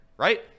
right